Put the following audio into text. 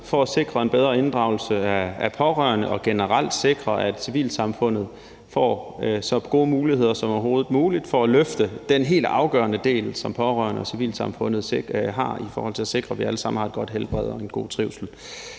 for at sikre en bedre inddragelse af pårørende og generelt sikre, at civilsamfundet får så gode muligheder som overhovedet muligt for at løfte den helt afgørende del, som pårørende og civilsamfundet har i forhold til at sikre, at vi alle sammen har et godt helbred og en god trivsel.